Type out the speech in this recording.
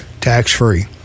tax-free